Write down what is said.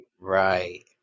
right